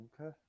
Okay